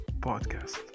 podcast